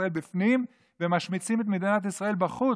ישראל בפנים ומשמיצים את מדינת ישראל בחוץ,